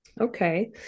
Okay